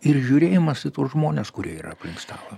ir žiūrėjimas į tuos žmones kurie yra aplink stalą